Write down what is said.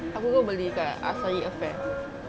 aku selalu beli kat acai affair